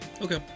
Okay